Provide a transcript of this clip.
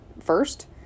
first